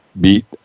beat